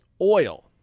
oil